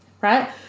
right